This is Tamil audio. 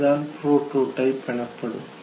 இதுதான் புரோடோடைப் எனப்படும்